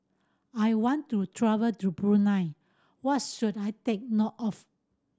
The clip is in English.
I want to travel to Brunei what's should I take note of